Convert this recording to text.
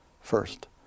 First